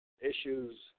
issues